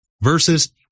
Verses